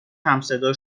همصدا